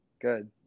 Good